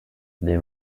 they